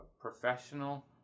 professional